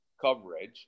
coverage